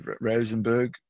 Rosenberg